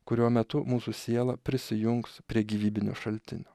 kurio metu mūsų siela prisijungs prie gyvybinio šaltinio